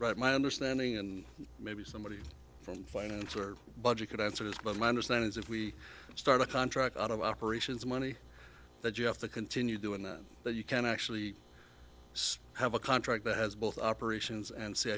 right my understanding and maybe somebody from finance or budget could answer this but my understanding is if we start to contract out of operations money that you have to continue doing then you can actually have a contract that has both operations and